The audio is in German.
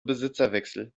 besitzerwechsel